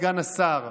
סגן השר,